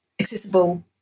accessible